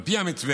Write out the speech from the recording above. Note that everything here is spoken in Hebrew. על פי המתווה,